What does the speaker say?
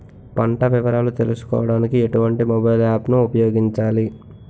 పంట వివరాలు తెలుసుకోడానికి ఎటువంటి మొబైల్ యాప్ ను ఉపయోగించాలి?